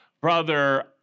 Brother